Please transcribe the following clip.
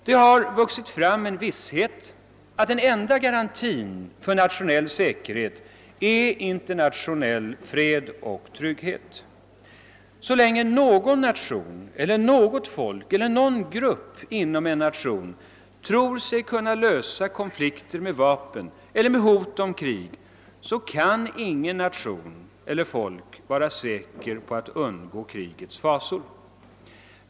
Det har vuxit fram en visshet, att den enda garantin för nationell säkerhet är internationell fred och trygghet. Så länge någon nation eller något folk eller någon grupp inom en nation tror sig kunna lösa konflikter med vapen eller med hot om krig kan ingen nation vara säker på att undgå krigets fasor.